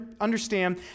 understand